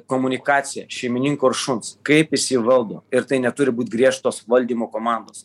komunikacija šeimininko ir šuns kaip jis jį valdo ir tai neturi būt griežtos valdymo komandos